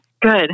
good